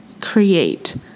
create